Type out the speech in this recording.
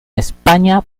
españa